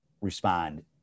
respond